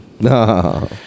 No